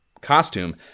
costume